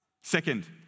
Second